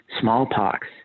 smallpox